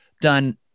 done